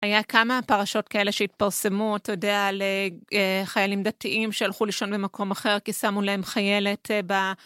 היה כמה פרשות כאלה שהתפרסמו, אתה יודע, על חיילים דתיים שהלכו לישון במקום אחר כי שמו להם חיילת ב...